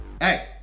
Hey